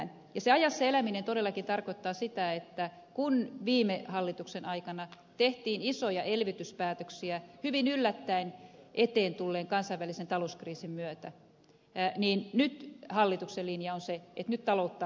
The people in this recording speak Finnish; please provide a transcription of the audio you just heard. se ajassa eläminen todellakin tarkoittaa sitä että kun viime hallituksen aikana tehtiin isoja elvytyspäätöksiä hyvin yllättäen eteen tulleen kansainvälisen talouskriisin myötä niin nyt hallituksen linja on se että nyt taloutta vakautetaan